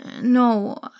No